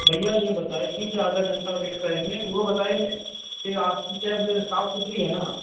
بھیا یہ بتائے تھی کہ آدھا گھنٹہ ویٹ کریں گے وہ بتائے کہ آپ کی کیب صاف ستھری ہے نا